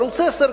ערוץ-10,